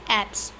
apps